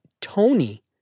Tony